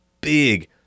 big